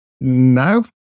No